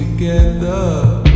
together